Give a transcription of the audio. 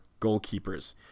goalkeepers